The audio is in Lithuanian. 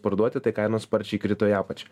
parduoti tai kainos sparčiai krito į apačią